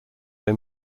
they